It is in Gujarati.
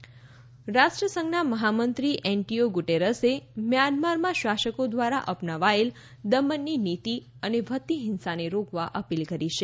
મ્યાનમાર રાષ્ટ્રસંઘના મહામંત્રી એન્ટિયો ગુટેરસે મ્યાનમારમાં શાસકો દ્વારા અપનાવાયેલ દમનની નીતિ અને વધતી હિંસાને રોકવા અપીલ કરી છે